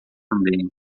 também